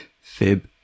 Fib